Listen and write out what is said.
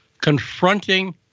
confronting